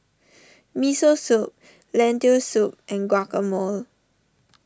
Miso Soup Lentil Soup and Guacamole